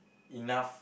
enough